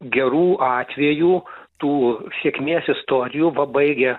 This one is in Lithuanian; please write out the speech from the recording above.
gerų atvejų tų sėkmės istorijų va baigė